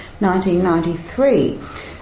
1993